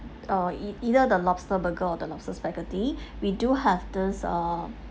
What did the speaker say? or e~ either the lobster burger or the lobster spaghetti we do have this uh